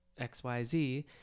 XYZ